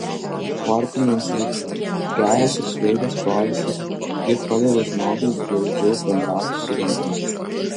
sportinė žūklė geras ir sveikas poilsis ji padeda žmogui glaudžiau bendrauti su gamta